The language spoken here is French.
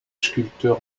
sculpteur